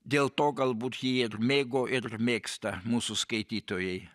dėl to galbūt jį mėgo ir mėgsta mūsų skaitytojai